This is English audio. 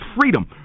freedom